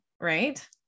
right